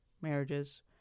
marriages